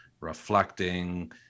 reflecting